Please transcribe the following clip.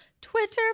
Twitter